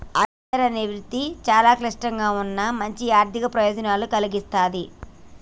auditor అనే వృత్తి చాలా క్లిష్టంగా ఉన్నా మంచి ఆర్ధిక ప్రయోజనాలను కల్గిస్తాది